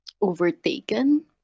overtaken